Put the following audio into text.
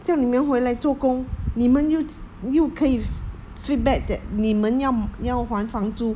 叫你们回来做工你们又有又可以 feedback that 你们要要还房租